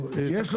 שאמרתי,